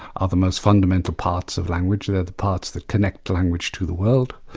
are the most fundamental parts of language they're the parts that connect language to the world.